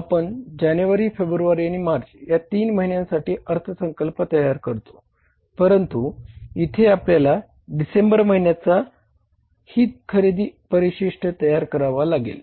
आपण जानेवारी फेब्रुवारी आणि मार्च या तीन महिन्यांसाठी अर्थसंकल्प तयार करतो परंतु इथे आपल्याला डिसेंबर महिन्याचा ही खरेदी परिशिष्ट तयार करावा लागेल